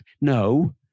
No